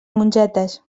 mongetes